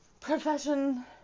profession